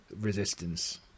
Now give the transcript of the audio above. resistance